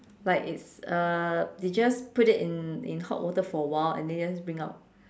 like it's uh we just put it in in hot water for a while and then just bring out